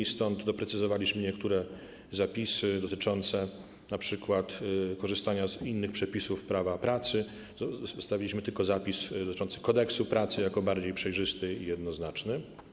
Na ich podstawie doprecyzowaliśmy niektóre zapisy dotyczące np. korzystania z innych przepisów prawa pracy, zostawiliśmy tylko zapis dotyczący Kodeksu pracy jako bardziej przejrzysty i jednoznaczny.